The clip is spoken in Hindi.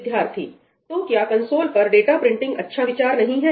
विद्यार्थी तो क्या कंसोल पर डाटा प्रिंटिंग अच्छा विचार नहीं है